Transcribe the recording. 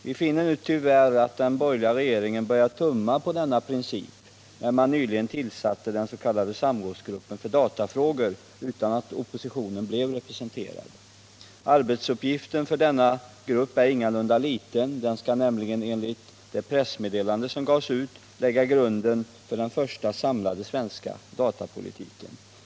Vi finner nu tyvärr att den borgerliga regeringen börjat tumma på denna princip, när den nyligen tillsatte den s.k. samrådsgruppen för datafrågor utan att oppositionen blev representerad. Arbetsuppgiften för denna grupp är ingalunda liten. Den skall nämligen enligt det pressmeddelande som gavs ut lägga grunden för den första samlade svenska datapolitiken.